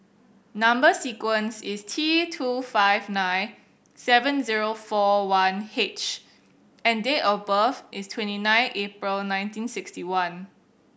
number sequence is T two five nine seven zero four one H and date of birth is twenty nine April nineteen sixty one